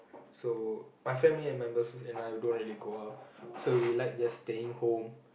so my family and members and I don't really go out so we like just staying home